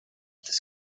this